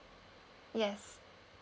yes